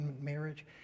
marriage